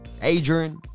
Adrian